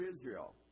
Israel